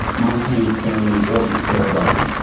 mark haines's family wasn't celebrating.